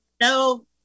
no